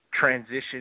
transition